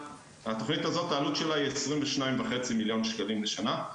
התוכנית הזאת העלות שלה היא 22.5 מיליון שקלים לשנה,